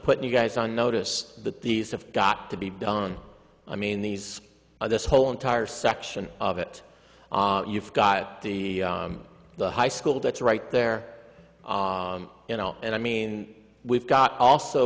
putting you guys on notice that these have got to be done i mean these are this whole entire section of it you've got the the high school that's right there you know and i mean we've got also